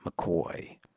McCoy